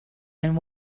and